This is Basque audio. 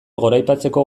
goraipatzeko